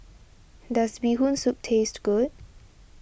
does Bee Hoon Soup taste good